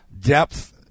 depth